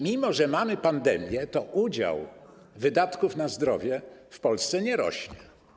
Mimo że mamy pandemię, to udział wydatków na zdrowie w Polsce nie rośnie.